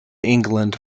england